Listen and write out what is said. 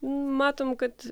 matom kad